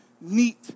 neat